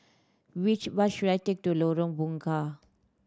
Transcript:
which bus should I take to Lorong Bunga